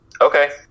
Okay